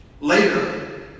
Later